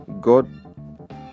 god